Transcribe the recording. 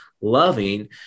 loving